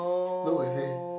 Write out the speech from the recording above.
look at my face